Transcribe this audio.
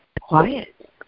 quiet